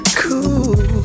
cool